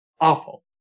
Awful